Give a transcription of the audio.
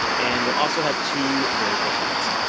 and we'll also have two very special guests,